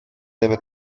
debe